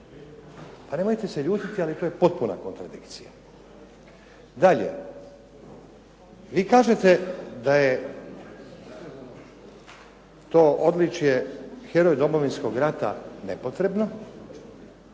Pa nemojte se ljutiti, ali to je potpuna kontradikcija. Dalje, vi kažete da je to odličje “Heroj Domovinskog rata“ nepotrebno,